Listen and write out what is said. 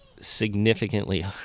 significantly